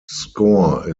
score